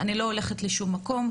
אני לא הולכת לשום מקום,